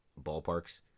ballparks